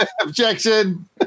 Objection